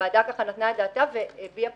הוועדה נתנה את דעתה על הדברים והביעה